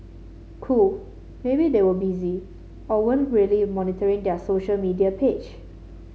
cool maybe they were busy or weren't really monitoring their social media page